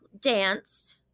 Dance